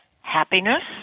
happiness